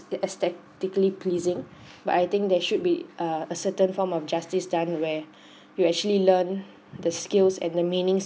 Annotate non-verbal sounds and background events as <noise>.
it aesthetically pleasing but I think there should be uh a certain form of justice done where <breath> you actually learn the skills and the meanings